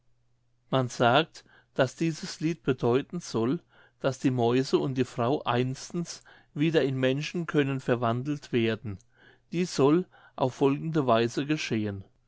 man sagt daß dieses lied bedeuten soll daß die mäuse und die frau einstens wieder in menschen können verwandelt werden dies soll auf folgende weise geschehen